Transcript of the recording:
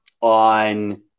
on